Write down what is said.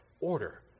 order